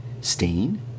stain